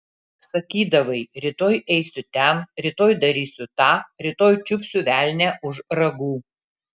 sakydavai rytoj eisiu ten rytoj darysiu tą rytoj čiupsiu velnią už ragų